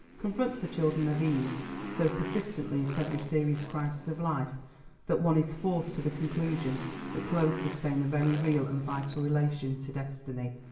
confronts the children of eve so persistently at every serious crisis of life that one is forced to the conclusion that clothes sustain a very real and vital relation to destiny.